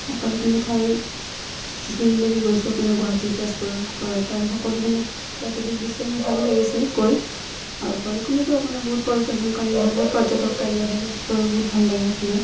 সকলোখিনি ঠাই যিখিনিলৈকে গৈছোঁ আপোনাৰ গুৱাহাটী তেজপুৰৰপৰাত তাৰো সকলোখিনিত প্ৰাকৃতিক দৃশ্যই মোৰ ভালেই লাগিছে গৈ আৰু বৰষুণতো আপোনাৰ বহুত পৰিদৰ্শনকাৰী আহে বহুত পৰ্যটককাৰী আহে তাত গৈ বহুত ভাল লাগে আপোনাৰ